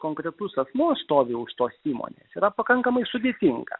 konkretus asmuo stovi už tos įmonės yra pakankamai sudėtinga